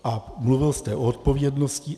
A mluvil jste o odpovědnosti.